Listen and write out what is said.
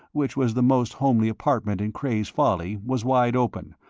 which was the most homely apartment in cray's folly, was wide open,